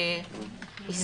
אני חושבת שהמשבר הכלכלי והחברתי